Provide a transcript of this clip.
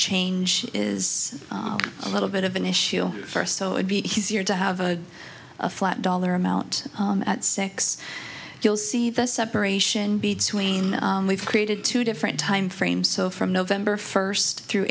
change is a little bit of an issue for us so it would be easier to have a flat dollar amount at six you'll see the separation between we've created two different time frames so from november first through